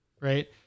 right